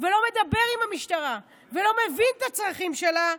ולא מדבר עם המשטרה ולא מבין את הצרכים שלה,